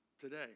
today